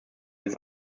des